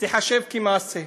תיחשב כמעשה.